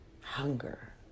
Hunger